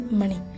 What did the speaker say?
money